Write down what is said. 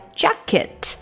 jacket